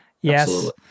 Yes